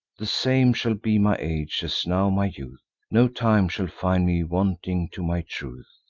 the same shall be my age, as now my youth no time shall find me wanting to my truth.